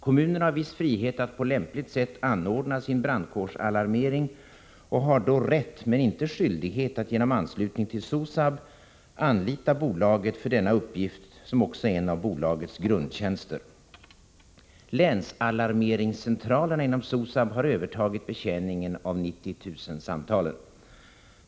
Kommunerna har viss frihet att på lämpligt sätt anordna sin brandkårsalarmering och har då rätt men inte skyldighet att genom anslutning till SOSAB anlita bolaget för denna uppgift, som också är en av bolagets grundtjänster. Länsalarmeringscentralerna inom SOSAB har övertagit betjäningen av 90 000-samtalen.